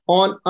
on